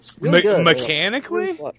Mechanically